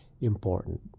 important